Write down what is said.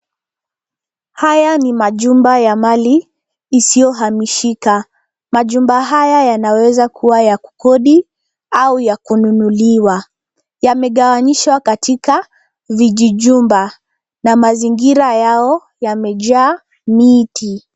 Haya ni majumba ya mali isiyohamishika. Majumba haya yanaweza kuwa ya kukodi au ya kununuliwa. Yamegawanyishwa katika vijijumba na mazingira yao yamejaa miti.